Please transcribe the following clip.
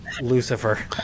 Lucifer